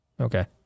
Okay